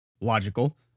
logical